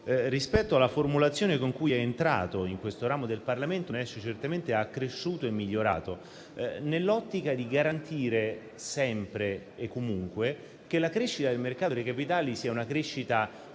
rispetto alla formulazione con cui è entrato in questo ramo del Parlamento, ne esce certamente accresciuto e migliorato nell'ottica di garantire, sempre e comunque, che la crescita del mercato dei capitali sia omogenea e in linea